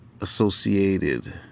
associated